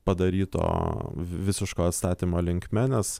padaryto visiško atstatymo linkme nes